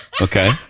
Okay